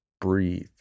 breathe